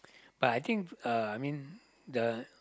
but I think uh I mean the